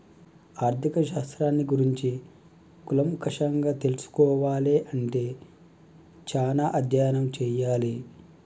ఆర్ధిక శాస్త్రాన్ని గురించి కూలంకషంగా తెల్సుకోవాలే అంటే చానా అధ్యయనం చెయ్యాలే